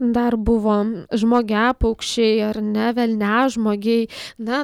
dar buvo žmogiapaukščiai ar ne velniažmogiai na